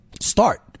start